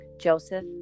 Joseph